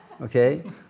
Okay